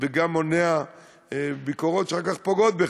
וגם מונע ביקורות שאחר כך פוגעות בך.